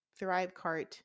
Thrivecart